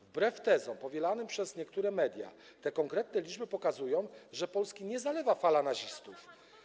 Wbrew tezom powielanym przez niektóre media te konkretne liczby pokazują, że Polski nie zalewa fala nazistów.